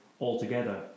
altogether